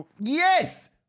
Yes